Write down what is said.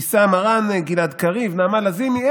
אבתיסאם מראענה, גלעד קריב, נעמה לזימי.